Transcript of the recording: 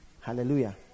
Hallelujah